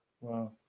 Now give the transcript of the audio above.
Wow